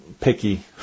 picky